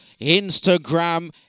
Instagram